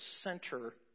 center